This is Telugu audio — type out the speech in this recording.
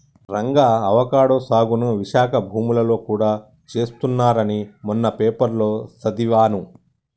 రంగా అవకాడో సాగుని విశాఖ భూములలో గూడా చేస్తున్నారని మొన్న పేపర్లో సదివాను